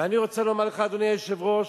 ואני רוצה לומר לך, אדוני היושב-ראש,